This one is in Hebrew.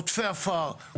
עודפי עפר.